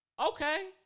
Okay